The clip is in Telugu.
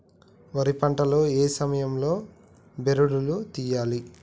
వరి పంట లో ఏ సమయం లో బెరడు లు తియ్యాలి?